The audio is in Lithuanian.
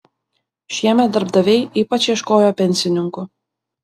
šiemet darbdaviai ypač ieškojo pensininkų